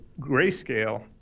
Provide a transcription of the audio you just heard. grayscale